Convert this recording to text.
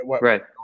right